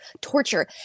torture